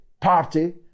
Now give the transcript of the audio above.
party